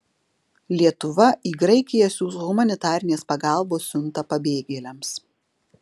lietuva į graikiją siųs humanitarinės pagalbos siuntą pabėgėliams